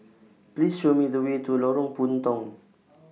Please Show Me The Way to Lorong Puntong